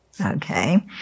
Okay